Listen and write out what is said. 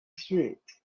street